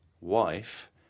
wife